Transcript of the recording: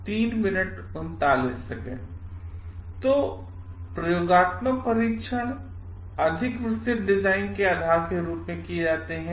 तो प्रयोगात्मक परीक्षण अधिक विस्तृत डिजाइन के आधार के रूप में किए जाते हैं